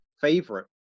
favorite